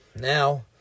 Now